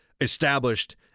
established